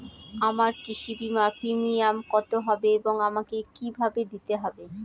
আমার কৃষি বিমার প্রিমিয়াম কত হবে এবং আমাকে কি ভাবে দিতে হবে?